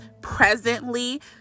presently